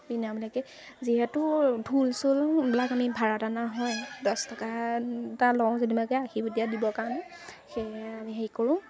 বিনামূলীয়াকৈ যিহেতু ঢোল চোলবিলাক আমি ভাড়াত অনা হয় দহ টকা এটা লওঁ যেনেবাকে আশীত দিয়া দিবৰ কাৰণে সেয়েহে আমি হেৰি কৰোঁ